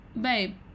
Babe